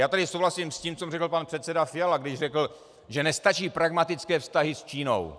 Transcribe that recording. Já tady souhlasím s tím, co řekl pan předseda Fiala, když řekl, že nestačí pragmatické vztahy s Čínou.